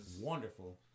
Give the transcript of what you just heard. wonderful